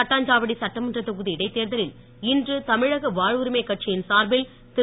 தட்டாஞ்சாவடி சட்டமன்ற தொகுதி இடைத் தேர்தலில் இன்று தமிழக வாழ்வுரிமைக் கட்சியின் சார்பில் திரு